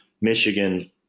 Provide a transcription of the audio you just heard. Michigan